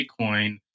Bitcoin